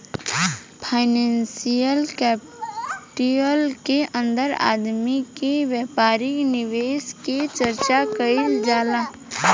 financial capital के अंदर आदमी के व्यापारिक निवेश के चर्चा कईल जाला